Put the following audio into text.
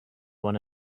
one